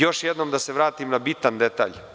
Još jednom ću da se vratim na bitan detalj.